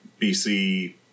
BC